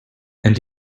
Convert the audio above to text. and